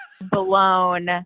blown